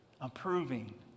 approving